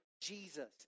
Jesus